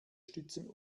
stützen